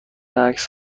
عکس